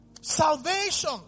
Salvation